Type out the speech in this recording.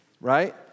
Right